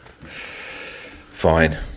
Fine